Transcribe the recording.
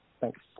Thanks